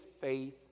faith